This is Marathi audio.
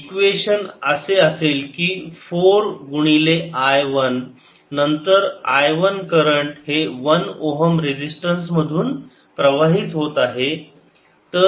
इक्वेशन असे असेल की 4 गुणिले I वन नंतर I वन करंट हे 1 ओहम रेजिस्टन्स मधून प्रवाहित होत आहे